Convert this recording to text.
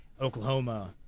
oklahoma